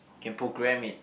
can program it